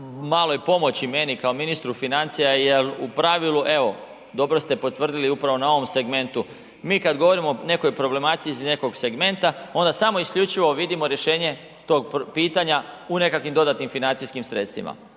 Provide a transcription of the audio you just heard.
maloj pomoći meni kao ministru financija jer u pravilu evo, dobro ste potvrdili upravo na ovom segmentu. Mi kad govorimo o nekoj problematici iz nekog segmenta onda samo isključivo vidimo rješenje tog pitanja u nekakvim dodatnim financijskim sredstvima.